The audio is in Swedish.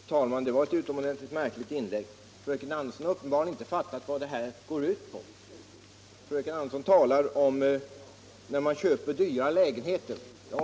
Fru talman! Det var ett utomordentligt märkligt inlägg. Fröken Andersson har uppenbarligen inte fattat vad det här går ut på. Fröken Andersson talar om köp av dyra lägenheter.